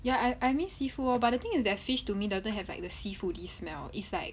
ya I I miss seafood lor but the thing is that fish to me doesn't have like the seafoody smell it's like